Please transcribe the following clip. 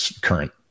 current